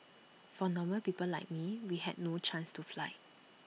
for normal people like me we had no chance to fly